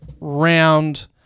round